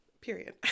period